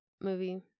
movie